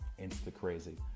insta-crazy